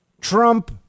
Trump